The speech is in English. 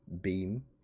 beam